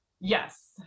yes